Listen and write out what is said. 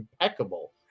impeccable